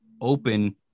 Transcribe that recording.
open